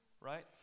right